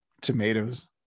tomatoes